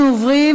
אנחנו עוברים